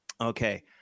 Okay